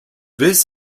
this